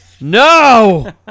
no